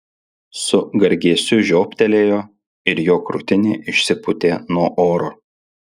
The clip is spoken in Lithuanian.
su gargėsiu žioptelėjo ir jo krūtinė išsipūtė nuo oro